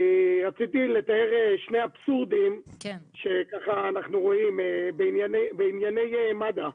אני רציתי לתאר שני אבסורדים שככה אנחנו רואים בענייני מד"א.